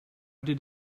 did